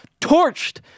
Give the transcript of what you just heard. torched